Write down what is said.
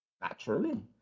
naturally